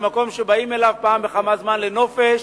כאל מקום שבאים אליו פעם בכמה זמן לנופש